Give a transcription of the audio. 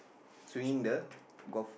swinging the golf